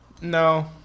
no